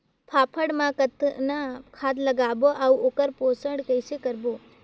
फाफण मा कतना खाद लगाबो अउ ओकर पोषण कइसे करबो?